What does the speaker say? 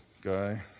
guy